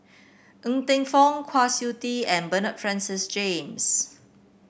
Ng Teng Fong Kwa Siew Tee and Bernard Francis James